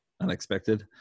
unexpected